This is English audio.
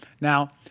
Now